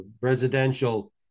residential